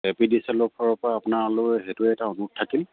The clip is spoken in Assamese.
এ পি ডি চি এলৰ ফালৰ পৰা আপোনালৈ সেইটো এটা অনুৰােধ থাকিল